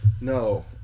No